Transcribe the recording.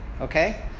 Okay